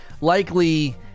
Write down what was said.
Likely